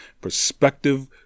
Perspective